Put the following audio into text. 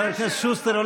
חבר הכנסת שוסטר,